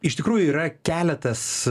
iš tikrųjų yra keletas